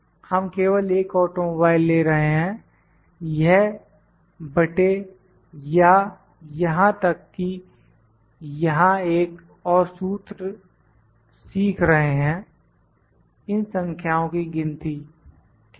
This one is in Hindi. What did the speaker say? हम केवल एक ऑटोमोबाइल ले रहे हैं यह बटे या यहाँ तक कि यहां एक और सूत्र सीख रहे हैं इन संख्याओं की गिनती ठीक है